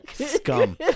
Scum